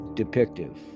depictive